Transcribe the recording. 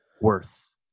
worth